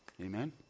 Amen